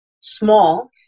small